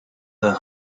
her